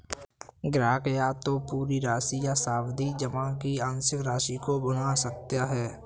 ग्राहक या तो पूरी राशि या सावधि जमा की आंशिक राशि को भुना सकता है